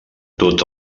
tots